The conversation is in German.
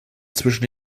zwischen